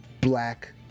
black